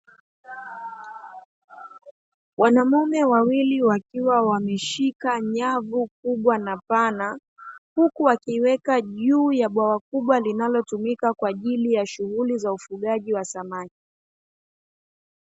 Wanamume wawili wakiwa wameshika nyavu kubwa na pana, huku wakiweka juu ya bwawa kubwa linalotumika kwaajili ya shughuli za ufugaji wa samaki.